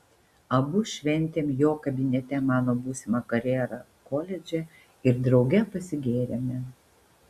abu šventėm jo kabinete mano būsimą karjerą koledže ir drauge pasigėrėme